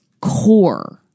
core